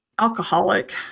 alcoholic